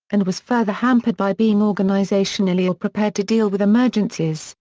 and was further hampered by being organizationally ill-prepared to deal with emergencies,